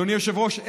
אדוני היושב-ראש,